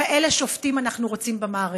כאלה שופטים אנחנו רוצים במערכת.